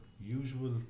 usual